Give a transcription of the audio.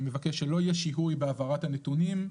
אני מבקש שלא יהיה שיהוי בהעברת הנתונים.